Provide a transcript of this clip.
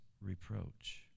reproach